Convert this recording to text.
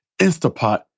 Instapot